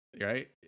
Right